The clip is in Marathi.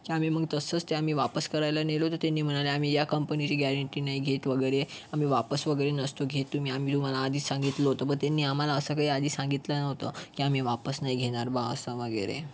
ते आम्ही मग तसंच ते आम्ही वापस करायला नेलं ते त्यांनी म्हणाले आम्ही या कंपनीची गॅरेंटी नाही घेत वगैरे आम्ही वापस वगैरे नसतो घेत तुम्ही आम्ही तुम्हाला आधीच सांगितलं होतं पण त्यांनी आम्हाला असं काही आधीच सांगितलं नव्हतं की आम्ही वापस नाही घेणार बुवा असं वगैरे